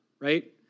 right